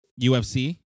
UFC